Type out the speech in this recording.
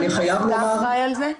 אתה אחראי על זה?